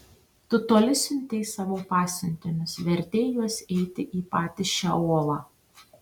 tu toli siuntei savo pasiuntinius vertei juos eiti į patį šeolą